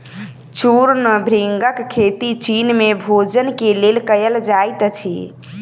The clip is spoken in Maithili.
चूर्ण भृंगक खेती चीन में भोजन के लेल कयल जाइत अछि